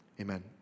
Amen